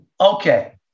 Okay